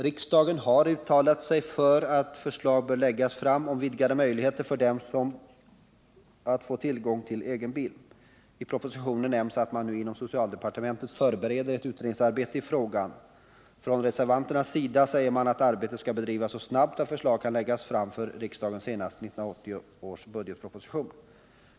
Riksdagen har uttalat sig för att förslag bör läggas fram om vidgade möjligheter för dem att få tillgång till egen bil. I propositionen nämns att man nu inom socialdepartementet förbereder ett utredningsarbete i frågan. Från reservanternas sida säger man att arbetet skall bedrivas så snabbt att förslag kan läggas fram för riksdagen senast i 1980 års budgetproposition.